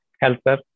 helper